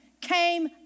came